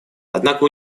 однако